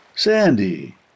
Sandy